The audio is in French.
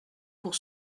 pour